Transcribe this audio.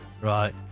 Right